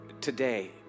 today